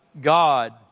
God